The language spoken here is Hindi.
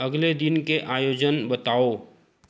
अगले दिन के आयोजन बताओ